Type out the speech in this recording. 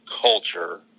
culture